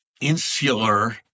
insular